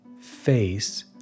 face